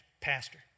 pastor